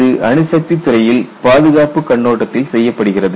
இது அணுசக்தி துறையில் பாதுகாப்புக் கண்ணோட்டத்தில் செய்யப்படுகிறது